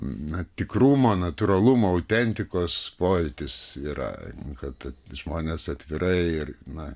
na tikrumo natūralumo autentikos pojūtis yra kad žmonės atvirai ir na